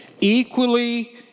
equally